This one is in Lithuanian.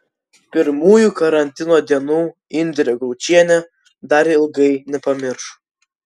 pirmųjų karantino dienų indrė gaučienė dar ilgai nepamirš